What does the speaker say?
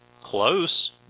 close